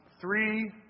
three